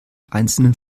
einzelnen